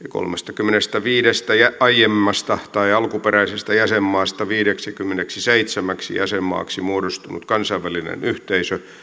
kolmestakymmenestäviidestä aiemmasta alkuperäisestä jäsenmaasta viideksikymmeneksiseitsemäksi jäsenmaaksi muodostunut kansainvälinen yhteisö